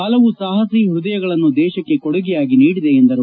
ಹಲವು ಸಾಹಸೀ ಪ್ಪದಯಗಳನ್ನು ದೇಶಕೆ ಕೊಡುಗೆಯಾಗಿ ನೀಡಿದೆ ಎಂದರು